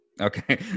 Okay